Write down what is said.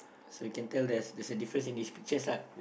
so we can tell there's there's a difference in these pictures lah